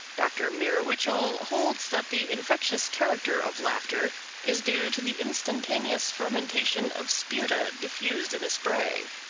dr. meir witchell holds that the infectious character of laughter is due to the instantaneous fermentation of sputa diffused in a spray.